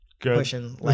pushing